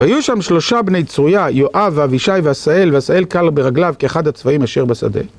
היו שם שלושה בני צרויה, יואב, ואבישי ועשהאל, ועשהאל קל ברגליו כאחד הצבאים אשר בשדה.